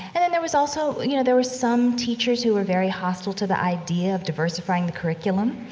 and then there was also, you know, there were some teachers who were very hostile to the idea of diversifying the curriculum.